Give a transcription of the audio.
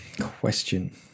question